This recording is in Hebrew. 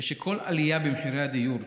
וכל עלייה במחירי הדיור,